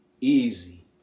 Easy